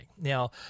Now